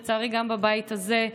לצערי גם בבית הזה,